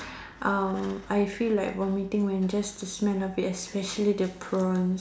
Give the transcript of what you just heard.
um I feel like vomiting when just the smell of it especially the prawns